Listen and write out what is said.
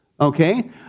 Okay